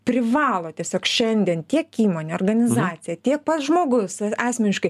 privalo tiesiog šiandien tiek įmonė organizacija tiek pats žmogus asmeniškai